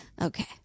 Okay